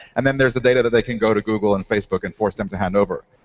and then there's the data that they can go to google and facebook and force them to hand over.